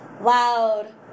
loud